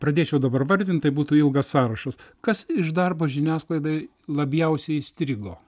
pradėčiau dabar vardint tai būtų ilgas sąrašas kas iš darbo žiniasklaidai labiausiai įstrigo